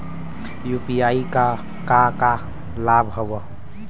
UPI क का का लाभ हव?